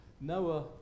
Noah